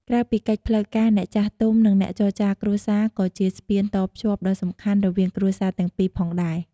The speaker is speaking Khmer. ក្រៅពីកិច្ចផ្លូវការ អ្នកចាស់ទុំ និងអ្នកចរចារគ្រួសារ ក៏ជា ស្ពានតភ្ជាប់ដ៏សំខាន់ រវាងគ្រួសារទាំងពីរផងដែរ។